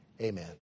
Amen